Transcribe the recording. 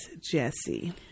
Jesse